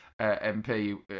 MP